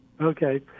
Okay